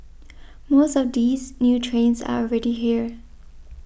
most of these new trains are already here